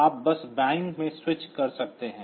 आप बस बैंक में स्विच कर सकते हैं